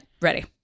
Ready